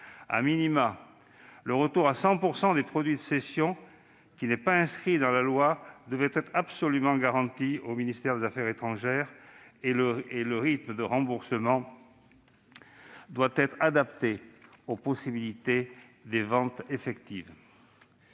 et 2025. Le retour à 100 % des produits de cession, qui n'est pas inscrit dans la loi, doit être absolument garanti au ministère, et le rythme de remboursement doit être adapté aux possibilités de ventes effectives.